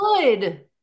good